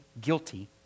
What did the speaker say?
guilty